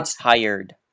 tired